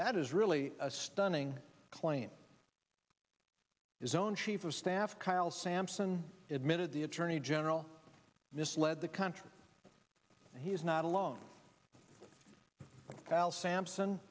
that is really a stunning claim is own chief of staff kyle sampson admitted the attorney general misled the country he is not alone kyle sampson